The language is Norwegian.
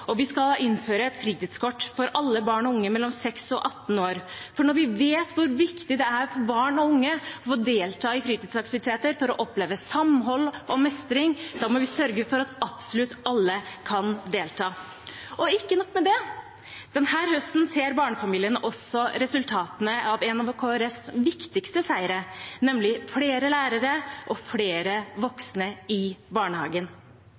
og vi skal innføre et fritidskort for alle barn og unge mellom 6 og 18 år, for når vi vet hvor viktig det er for barn og unge å få delta i fritidsaktiviteter for å oppleve samhold og mestring, må vi sørge for at absolutt alle kan delta. Og ikke nok med det: Denne høsten ser barnefamiliene også resultatene av en av Kristelig Folkepartis viktigste seire, nemlig flere lærere og flere voksne i barnehagen.